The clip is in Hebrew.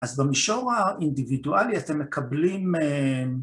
אז במישור האינדיבידואלי אתם מקבלים